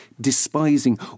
despising